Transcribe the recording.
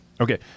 Okay